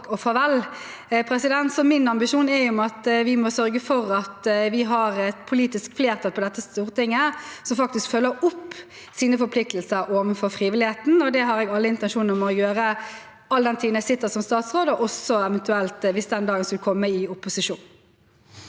takk og farvel. Min ambisjon er å sørge for at vi har et politisk flertall i Stortinget som følger opp sine forpliktelser overfor frivilligheten. Det har jeg alle intensjoner om å gjøre all den tid jeg sitter som statsråd, og eventuelt også – hvis den dagen skulle komme – i opposisjon.